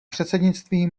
předsednictví